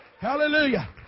Hallelujah